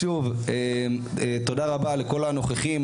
תודה רבה לכל הנוכחים,